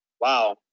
Wow